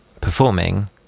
performing